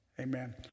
Amen